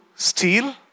steal